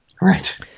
Right